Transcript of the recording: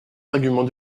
arguments